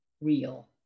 real